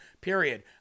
period